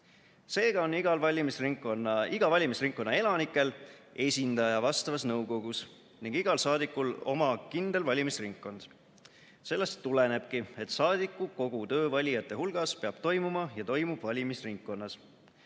Seega on iga valimisringkonna elanikel esindaja vastavas nõukogus ning igal saadikul oma kindel valimisringkond. Sellest tulenebki, et saadiku kogu töö valijate hulgas peab toimuma ja toimub valimisringkonnas.